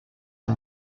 and